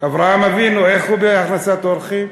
אברהם אבינו, איך הוא בהכנסת אורחים?